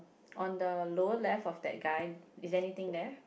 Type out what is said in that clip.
on the lower left of that guy is there anything there